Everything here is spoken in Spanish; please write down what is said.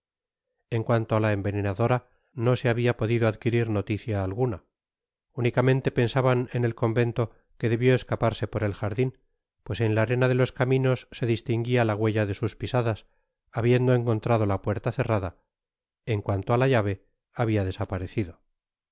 en cuanto k la envenenadora no se habia podido adquirir noticia alguna unicamente pensaban en el convento que debió escaparse por el jardin pues en la arena de los caminos se distinguía la huella de sus pisadas habiendo encontrado la puerta cerrada en cuanto á la llave habia desaparecido